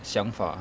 想法